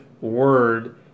word